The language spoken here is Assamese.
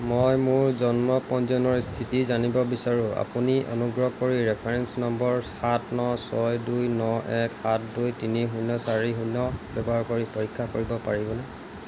মই মোৰ জন্ম পঞ্জীয়নৰ স্থিতি জানিব বিচাৰোঁ আপুনি অনুগ্ৰহ কৰি ৰেফাৰেন্স নম্বৰ সাত ন ছয় দুই ন এক সাত দুই তিনি শূন্য চাৰি শূন্য ব্যৱহাৰ কৰি পৰীক্ষা কৰিব পাৰিবনে